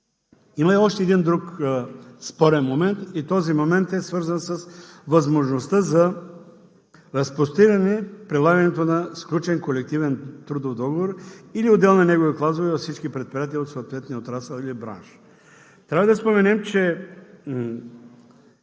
Има и още един друг спорен момент и той е свързан с възможността за разпростиране на прилагането на сключен колективен трудов договор или отделни негови клаузи във всички предприятия от съответния отрасъл или бранш. Трябва да споменем, че